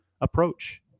approach